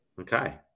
Okay